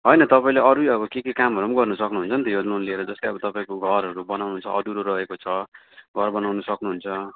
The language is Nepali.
होइन तपाईँले अरू नै अब के के कामहरू पनि गर्नु सक्नुहुन्छ नि त यो लोन लिएर जस्तै अब तपाईँको घरहरू बनाउनु छ अधुरो रहेको छ घर बनाउन सक्नुहुन्छ